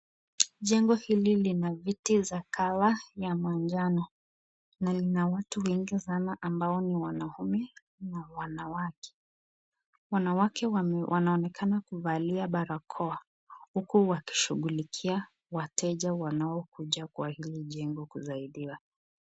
Jengo hili lina viti vya kawa ya manjano na lina watu wengi sana ambao ni wanaume na wanawake. Wanawake wanaonekana kuvalia barakoa huku wakishughulikia wateja wanaokuja kwa hili jengo kusaidiwa.